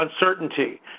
uncertainty